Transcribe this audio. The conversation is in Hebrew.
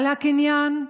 על הקניין,